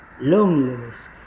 loneliness